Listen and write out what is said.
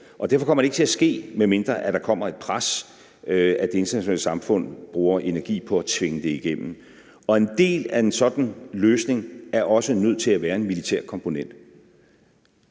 Derfor kommer det ikke til at ske, medmindre der kommer et pres og det internationale samfund bruger energi på at tvinge det igennem. Og en del af en sådan løsning er også nødt til at være en militær komponent.